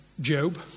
Job